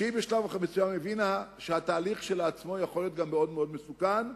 שבשלב מסוים היא הבינה שהתהליך כשלעצמו יכול להיות גם מאוד-מאוד מסוכן,